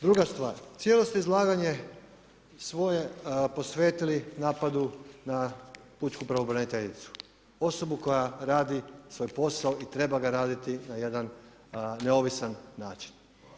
Druga stvar, cijelo ste izlaganje svoje posvetili napadu na pučku pravobraniteljicu, osobu koja radi svoj posao i treba ga raditi na jedan neovisan način.